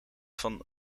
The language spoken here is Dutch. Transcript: van